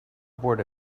board